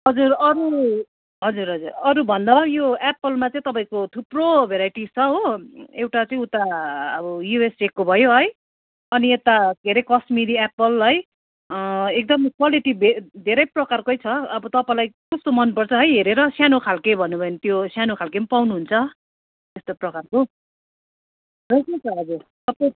हजुर अरू हजुर हजुर अरूभन्दा यो एप्पलमा चाहिँ तपाईँको थुप्रो भेराइटिज छ हो एउटा चाहिँ उता अब युएसएको भयो है अनि यता के हरे कश्मिरी एप्पल है एकदम क्वालिटी धे धेरै प्रकारकै छ अब तपाईँलाई कस्तो मन पर्छ है हेरेर सानो खालको भन्नुभयो भने त्यो सानो खालको पनि पाउनु हुन्छ त्यस्तो प्रकारको फ्रेसै छ हजुर सबै